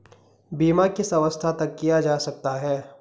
बीमा किस अवस्था तक किया जा सकता है?